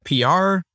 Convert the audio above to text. PR